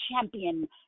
champion